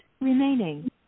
remaining